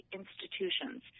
institutions